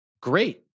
Great